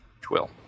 Twill